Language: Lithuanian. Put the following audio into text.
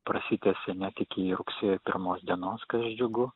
prasitęsia net iki rugsėjo pirmos dienos kas džiugu